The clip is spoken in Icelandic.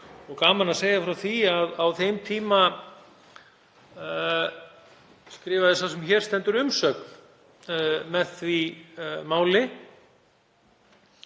og gaman að segja frá því að á þeim tíma skrifaði sá sem hér stendur umsögn með því máli